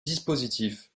dispositif